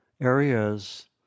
areas